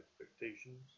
expectations